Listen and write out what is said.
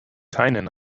keinen